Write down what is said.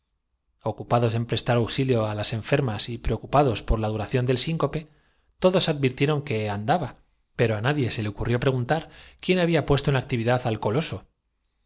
ocupados en prestar auxilios á las enfermas y pre alegría de una satánica satisfacción ocupados con la duración del síncope todos advirtieron cómo que andaba pero á nadie se le ocurrió preguntar me habéis encerrado como una fiera en el cuarto quién había puesto en actividad al coloso